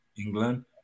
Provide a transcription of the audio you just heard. England